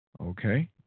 Okay